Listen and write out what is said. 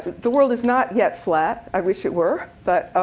the world is not yet flat. i wish it were. but